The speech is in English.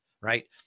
right